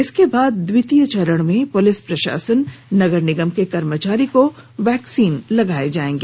इसके बाद द्वितीय चरण में पुलिस प्रशासन नगर निगम के कर्मचारी को वैक्सीन लगाया जाएगा